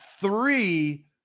three